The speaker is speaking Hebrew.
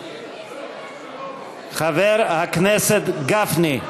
חבר הכנסת גפני.